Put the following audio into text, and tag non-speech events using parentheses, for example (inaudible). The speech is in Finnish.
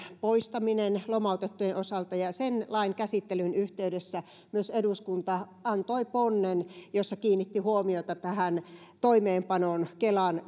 poistaminen lomautettujen osalta ja ja sen lain käsittelyn yhteydessä eduskunta antoi myös ponnen jossa se kiinnitti huomiota toimeenpanoon kelan (unintelligible)